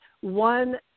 one